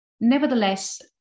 Nevertheless